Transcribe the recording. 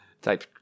type